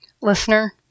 listener